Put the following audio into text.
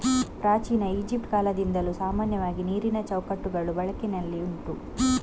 ಪ್ರಾಚೀನ ಈಜಿಪ್ಟ್ ಕಾಲದಿಂದಲೂ ಸಾಮಾನ್ಯವಾಗಿ ನೀರಿನ ಚೌಕಟ್ಟುಗಳು ಬಳಕೆನಲ್ಲಿ ಉಂಟು